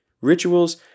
Rituals